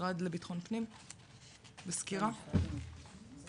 בסקירה של